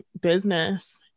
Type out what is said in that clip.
business